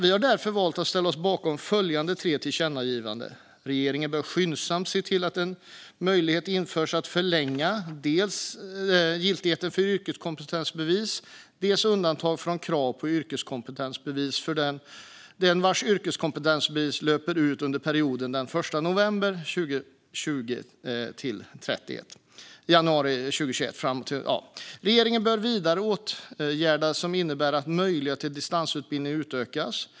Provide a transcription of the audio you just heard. Vi har därför valt att ställa oss bakom följande tre tillkännagivanden: Regeringen bör skyndsamt se till att en möjlighet införs att förlänga dels giltigheten för yrkeskompetensbevis, dels undantaget från kravet på yrkeskompetensbevis för den vars yrkeskompetensbevis löpt ut under perioden den 1 november 2020-31 januari 2021. Regeringen bör vidta åtgärder som innebär att möjligheterna till distansutbildning utökas.